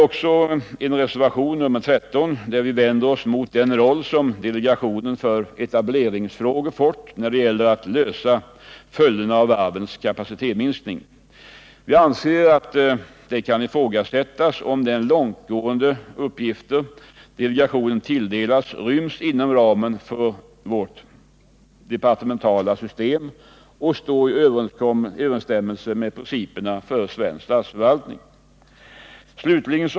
I reservationen 13 vänder vi oss mot den roll som delegationen för etableringsfrågor har fått när det gäller att lösa de problem som följer av varvens kapacitetsminskning. Vi anser att det kan ifrågasättas om de långtgående uppgifter delegationen tilldelas ryms inom ramen för vårt departementala system och står i överensstämmelse med principerna för svensk statsförvaltning.